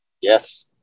Yes